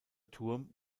turm